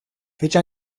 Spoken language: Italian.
fece